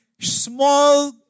small